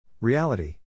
Reality